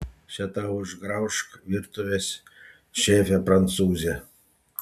še tau išgraužk virtuvės šefe prancūze